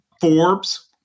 Forbes